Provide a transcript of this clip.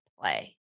play